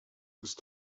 ist